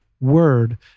word